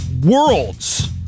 world's